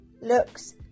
looks